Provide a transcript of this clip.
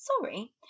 Sorry